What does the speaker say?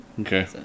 Okay